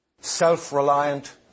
self-reliant